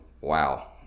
wow